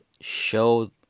show